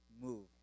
move